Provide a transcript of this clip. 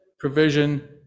provision